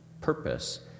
purpose